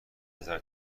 نظر